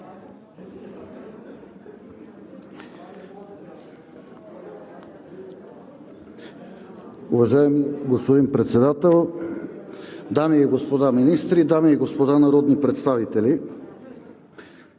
Уважаеми господин Председател, дами и господа министри, дами и господа народни представители!